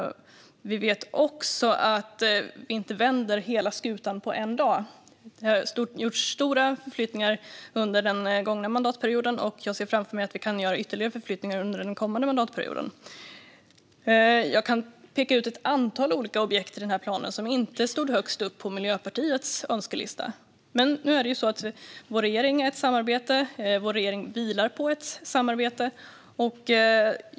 Vi vet också att vi inte vänder hela skutan på en dag. Det har gjorts stora förflyttningar under den gångna mandatperioden, och jag ser framför mig att vi kan göra ytterligare förflyttningar under den kommande mandatperioden. Jag kan peka ut ett antal olika objekt i denna plan som inte stod högst upp på Miljöpartiets önskelista. Men vår regering vilar på ett samarbete.